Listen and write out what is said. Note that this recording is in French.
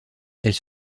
elle